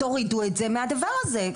תורידו את זה מהדבר הזה.